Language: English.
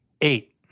Eight